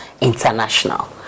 International